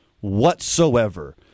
whatsoever